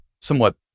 somewhat